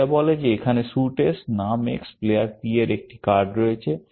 এটা বলে যে এখানে স্যুট S নাম X প্লেয়ার P এর একটি কার্ড রয়েছে